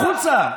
כבוד היושב-ראש,